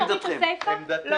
עמדתכם.